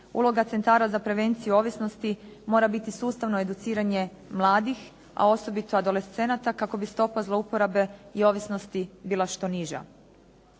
uloga centara za prevenciju ovisnosti mora biti sustavno educiranje mladih, a osobito adolescenata kako bi stopa zlouporabe i ovisnosti bila što niža.